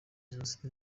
jenoside